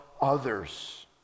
others